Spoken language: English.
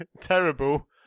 terrible